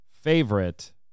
favorite